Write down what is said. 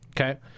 Okay